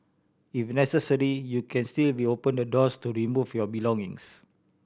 if necessary you can still reopen the doors to remove your belongings